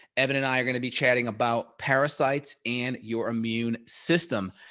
evan and i are going to be chatting about parasites and your immune system.